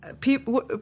people